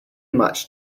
much